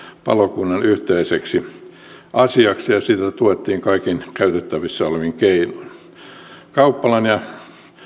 palokunnan yhteiseksi asiaksi ja sitä tuettiin kaikin käytettävissä olevin keinoin kauppalan ja ja